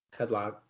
Headlock